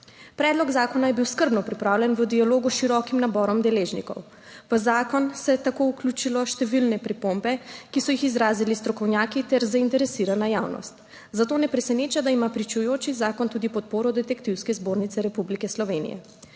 Predlog zakona je bil skrbno pripravljen v dialogu s širokim naborom deležnikov. V zakon se je tako vključilo številne pripombe, ki so jih izrazili strokovnjaki ter zainteresirana javnost, zato ne preseneča, da ima pričujoči zakon tudi podporo Detektivske zbornice Republike Slovenije.